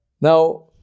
Now